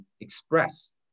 express